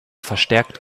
verstärkt